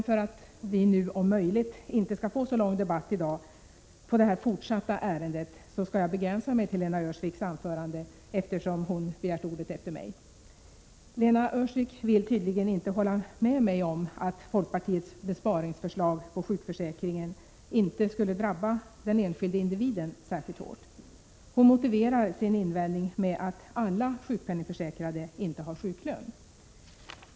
För att vi, om möjligt, inte skall få så lång debatt i dag vid den fortsatta behandlingen av ärendet, skall jag begränsa mig till Lena Öhrsviks anförande, eftersom hon begärt ordet efter mig. 43 Lena Öhrsvik vill tydligen inte hålla med mig om att folkpartiets besparingsförslag på sjukförsäkringen inte skulle drabba den enskilde individen särskilt hårt. Hon motiverar sin invändning med att alla sjukpenningförsäkrade inte har sjuklön.